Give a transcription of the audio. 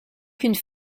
qu’une